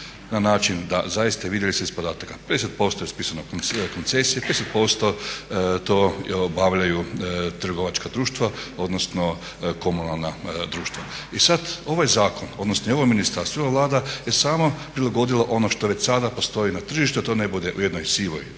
na način da zaista, i vidjeli ste iz podataka, 50% ispisano ispisane koncesije, 50% to obavljaju trgovačka društva odnosno komunalna društva. I sada ovaj zakon, odnosno i ovo ministarstvo i ova Vlada je sama prilagodila ono što već sada postoji na tržištu da to ne bude u jednoj sivoj